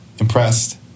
Impressed